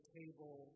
table